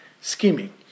scheming